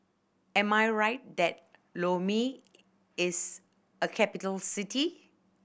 am I right that Lome is a capital city